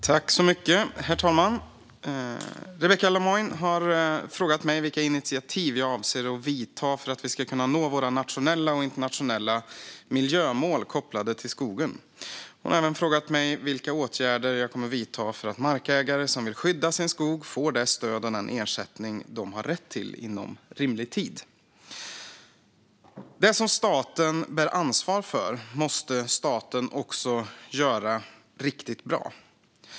Herr talman! Rebecka Le Moine har frågat mig vilka initiativ jag avser att ta för att man ska nå de nationella och internationella miljömålen kopplade till skogen. Hon har även frågat mig vilka åtgärder jag kommer att vidta för att markägare som vill skydda sin skog får det stöd och den ersättning de har rätt till inom rimlig tid. Det som staten bär ansvar för måste staten också göra riktigt bra.